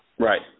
Right